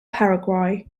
paraguay